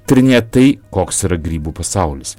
tyrinėja tai koks yra grybų pasaulis